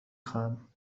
خواهم